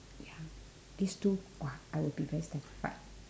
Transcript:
ya these two !wah! I will be very satisfied